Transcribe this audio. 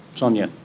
sonia?